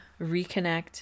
reconnect